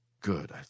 Good